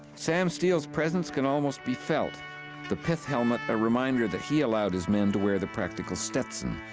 sam steele's presence can almost be felt the pith helmet a reminder that he allowed his men to wear the practical stetson,